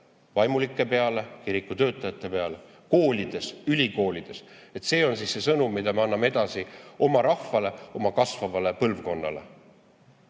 Vaimulike peale, kiriku töötajate peale. Koolides-ülikoolides ka. See on siis see sõnum, mida me anname edasi oma rahvale, oma kasvavale põlvkonnale.